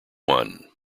one